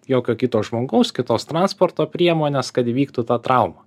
jokio kito žmogaus kitos transporto priemonės kad įvyktų ta trauma